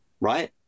right